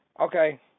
okay